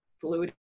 fluid